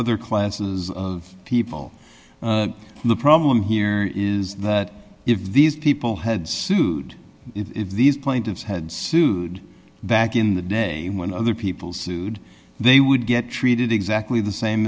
other classes of people the problem here is that if these people had sued if these plaintiffs had sued that in the day when other people sued they would get treated exactly the same